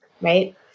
right